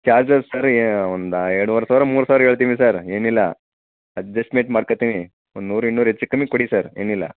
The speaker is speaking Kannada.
ಚಾರ್ಜ ಸರಿ ಒಂದು ಎರ್ಡ್ವರೆ ಸಾವಿರ ಮೂರು ಸಾವಿರ ಹೇಳ್ತೀನಿ ಸರ್ ಏನಿಲ್ಲ ಅಜ್ಜಸ್ಟ್ಮೆಂಟ್ ಮಾಡ್ಕೊಳ್ತೀನಿ ಒಂದು ನೂರು ಇನ್ನೂರು ಕಮ್ಮಿ ಕೊಡಿ ಏನಿಲ್ಲ